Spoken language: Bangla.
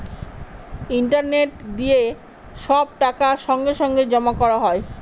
ইন্টারনেট দিয়ে সব টাকা সঙ্গে সঙ্গে জমা করা হয়